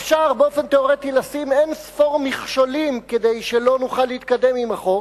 אפשר באופן תיאורטי לשים אין-ספור מכשולים כדי שלא נוכל להתקדם עם החוק.